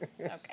Okay